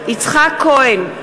יצחק כהן,